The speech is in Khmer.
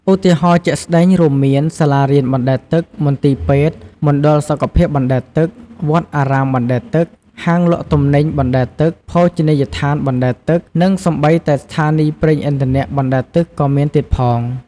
ឧទាហរណ៍ជាក់ស្ដែងរួមមាន សាលារៀនបណ្ដែតទឹក មន្ទីរពេទ្យ មណ្ឌលសុខភាពបណ្ដែតទឹក វត្តអារាមបណ្ដែតទឹក ហាងលក់ទំនិញបណ្ដែតទឹក ភោជនីយដ្ឋានបណ្ដែតទឹក និងសូម្បីតែស្ថានីយប្រេងឥន្ធនៈបណ្ដែតទឹកក៏មានទៀតផង។